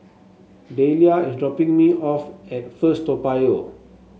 Delia is dropping me off at First Toa Payoh